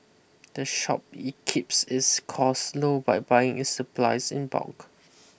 the shop E keeps its costs low by buying its supplies in bulk